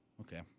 okay